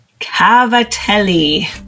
Cavatelli